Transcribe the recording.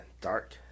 Dark